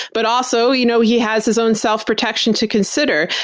but also, you know, he has his own self-protection to consider.